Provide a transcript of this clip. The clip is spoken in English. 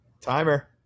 Timer